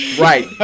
right